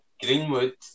Greenwood